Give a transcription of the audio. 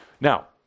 Now